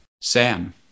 Sam